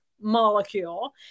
molecule